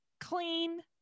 clean